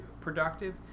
productive